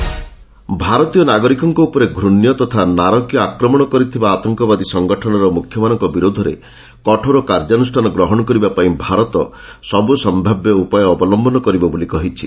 UN Azhar terror ଭାରତୀୟ ନାଗରିକମାନଙ୍କ ଉପରେ ଘୃଣ୍ୟ ତଥା ନାରକୀୟ ଆକ୍ରମଣ କରିଥିବା ଆତଙ୍କବାଦୀ ସଂଗଠନର ମୁଖ୍ୟମାନଙ୍କ ବିରୋଧରେ କଠୋର କାର୍ଯ୍ୟାନୁଷ୍ଠାନ ଗ୍ରହଣ କରିବା ପାଇଁ ଭାରତ ସବୁ ସମ୍ଭାବ୍ୟ ଉପାୟ ଅବଲମ୍ଘନ କରିବ ବୋଲି କହିଛି